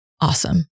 awesome